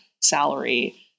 salary